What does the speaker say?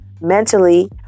mentally